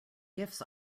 gifts